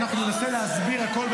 אנחנו ננסה להסביר הכול,